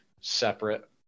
separate